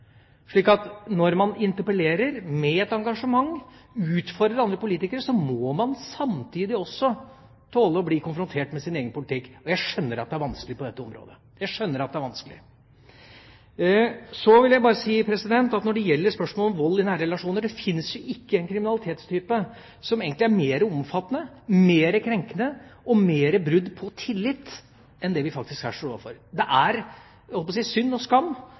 Når man interpellerer med et engasjement, utfordrer andre politikere, må man samtidig tåle å bli konfrontert med sin egen politikk. Jeg skjønner at det er vanskelig på dette området – jeg skjønner at det er vanskelig. Så vil jeg bare si at det fins ikke en kriminalitetstype som egentlig er mer omfattende, mer krenkende, og som bryter tilliten mer enn vold i nære relasjoner. Det er synd og skam når vi legger fram våre straffesakstall at den eneste debatten vi ofte får, er